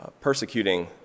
persecuting